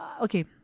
okay